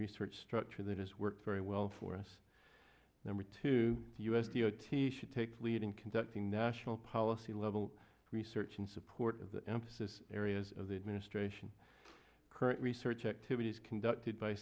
research structure that has worked very well for us number two the u s d o t should take the lead in conducting national policy level research in support of the emphasis areas of the administration current research activities conducted by